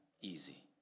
easy